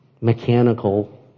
mechanical